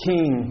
King